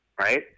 right